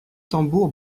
tambours